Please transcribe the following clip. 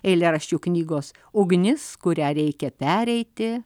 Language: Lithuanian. eilėraščių knygos ugnis kurią reikia pereiti